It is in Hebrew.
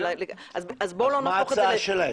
אז מה ההצעה שלהם?